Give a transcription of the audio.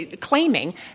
claiming